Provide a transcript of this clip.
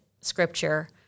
scripture